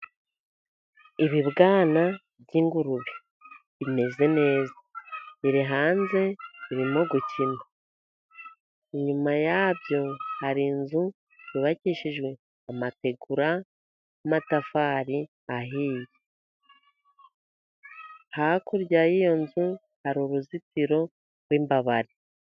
Ibibwana by'ingurube bimeze neza, biri hanze birimo gukina. Inyuma yabyo hari inzu yubakishijwe, amategura n'amatafari ahiye, hakurya y'iyo nzu, hari uruzitiro rw'imbabari.